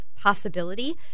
possibility